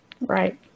Right